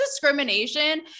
discrimination